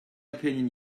opinion